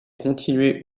continuer